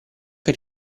che